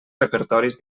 repertoris